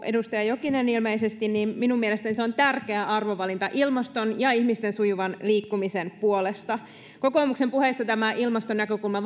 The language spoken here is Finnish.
edustaja jokinen ilmeisesti niin minun mielestäni se on tärkeä arvovalinta ilmaston ja ihmisten sujuvan liikkumisen puolesta kokoomuksen puheissa tämä ilmastonäkökulma